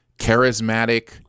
charismatic